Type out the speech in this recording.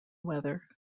weather